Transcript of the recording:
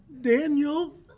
Daniel